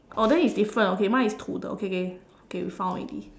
oh then it's different okay mine is to the okay okay okay we found already